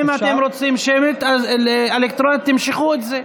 אם אתם רוצים אלקטרונית, תמשכו את זה.